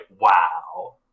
wow